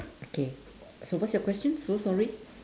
okay so what's your question so sorry